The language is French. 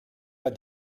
pas